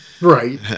Right